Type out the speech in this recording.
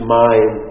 mind